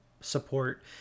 support